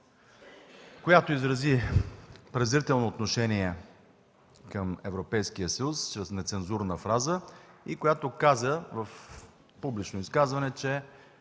която изрази презрително отношение към Европейския съюз чрез нецензурна фраза и каза в публично изказване, че